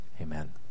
Amen